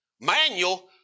manual